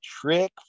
trick